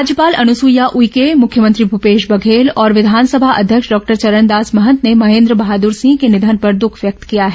राज्यपाल अनुसुईया उइके मुख्यमंत्री भूपेश बघेल और विधानसभा अध्यक्ष डॉक्टर चरणदास महंत ने महेंद्र बहादुर सिंह के निधन पर दुख व्यक्त किया है